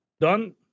done